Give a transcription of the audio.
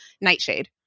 Nightshade